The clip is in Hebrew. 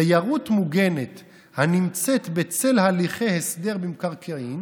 דיירות מוגנת הנמצאת בצל הליכי הסדר במקרקעין